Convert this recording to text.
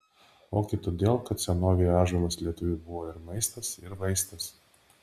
ogi todėl kad senovėje ąžuolas lietuviui buvo ir maistas ir vaistas